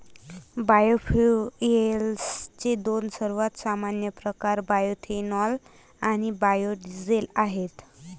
बायोफ्युएल्सचे दोन सर्वात सामान्य प्रकार बायोएथेनॉल आणि बायो डीझेल आहेत